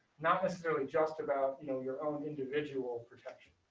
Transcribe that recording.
not necessarily just about you know your own individual protection.